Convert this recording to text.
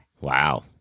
wow